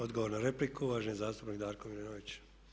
Odgovor na repliku, uvaženi zastupnik Darko Milinović.